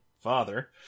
father